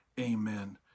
amen